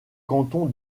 canton